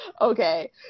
Okay